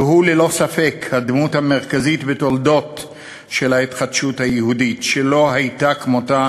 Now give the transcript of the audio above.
והוא ללא ספק הדמות המרכזית בתולדות ההתחדשות היהודית שלא הייתה כמותה